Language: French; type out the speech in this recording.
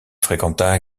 fréquenta